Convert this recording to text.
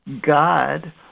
God